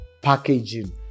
packaging